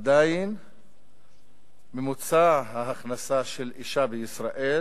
עדיין ממוצע ההכנסה של הנשים בישראל